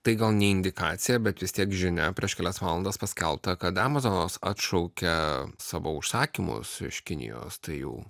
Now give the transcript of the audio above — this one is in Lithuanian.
tai gal ne indikacija bet vis tiek žinia prieš kelias valandas paskelbta kad amazonas atšaukia savo užsakymus iš kinijos tai jau